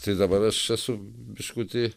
tai dabar aš esu biškutį